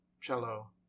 cello